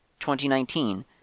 2019